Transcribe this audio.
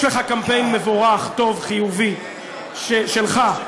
יש לך קמפיין מבורך, טוב, חיובי, שלך,